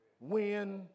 win